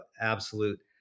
absolute